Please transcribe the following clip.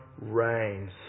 reigns